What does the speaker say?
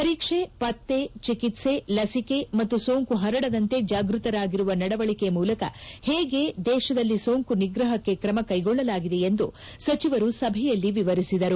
ಪರೀಕ್ಷೆ ಪತ್ತೆ ಚಿಕಿತ್ಸೆ ಲಸಿಕೆ ಮತ್ತು ಸೋಂಕು ಹರಡದಂತೆ ಜಾಗೃತರಾಗಿರುವ ನಡವಳಿಕೆ ಮೂಲಕ ಹೇಗೆ ದೇಶದಲ್ಲಿ ಸೋಂಕು ನಿಗ್ರಹಕ್ಕೆ ಕ್ರಮ ಕೈಗೊಳ್ಳಲಾಗಿದೆ ಎಂದು ಸಚಿವರು ಸಭೆಯಲ್ಲಿ ವಿವರಿಸಿದರು